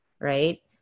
right